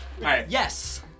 Yes